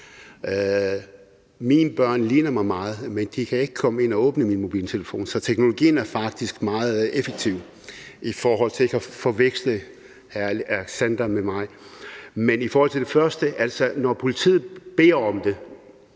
Mine børn ligner mig meget, men de kan ikke komme ind og åbne min mobiltelefon, så teknologien er faktisk meget effektiv i forhold til ikke at forveksle hr. Sikandar Siddique med mig. Men i forhold til det første: Når politiet beder om det,